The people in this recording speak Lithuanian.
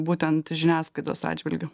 būtent žiniasklaidos atžvilgiu